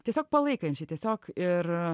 tiesiog palaikančiai tiesiog ir